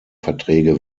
verträge